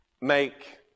make